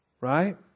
Right